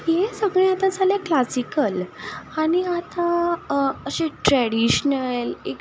हें सगलें आतां जालें क्लासीकल आनी आतां अशें ट्रेडीशनल एक